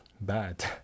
bad